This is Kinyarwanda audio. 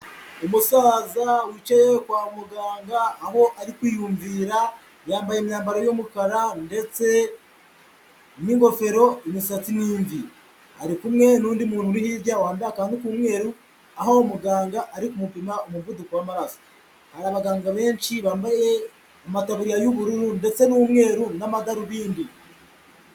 Umusaza wicaye kwa muganga aho ari kwiyumvira, yambaye imyambaro y'umukara ndetse n'ingofero imisatsi ni imvi, ari kumwe n'undi muntu uri hirya wambaye akantu k'umweru aho muganga ari gupima umuvuduko, hari abaganga benshi bambaye amataburiya y'ububururu ndetse n'umweru n'amadarubindi.